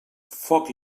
foc